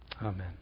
Amen